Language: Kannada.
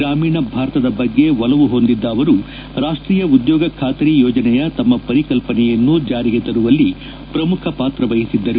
ಗ್ರಾಮೀಣ ಭಾರತದ ಬಗ್ಗೆ ಒಲವು ಹೊಂದಿದ್ದ ಅವರು ರಾಷ್ಷೀಯ ಉದ್ಯೋಗ ಖಾತರಿ ಯೋಜನೆಯ ತಮ್ಮ ಪರಿಕಲ್ಪನೆಯನ್ನು ಜಾರಿಗೆ ತರುವಲ್ಲಿ ಪ್ರಮುಖ ಪಾತ್ರ ವಹಿಸಿದ್ದರು